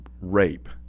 rape